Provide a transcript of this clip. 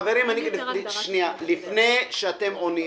חברים, לפני שאתם עונים